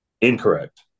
Incorrect